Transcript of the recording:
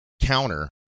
counter